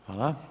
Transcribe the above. Hvala.